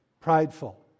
prideful